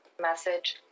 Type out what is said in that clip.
Message